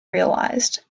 realized